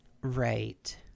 Right